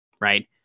Right